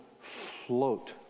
float